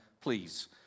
please